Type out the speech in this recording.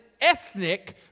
ethnic